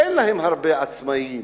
אין שם הרבה עצמאים,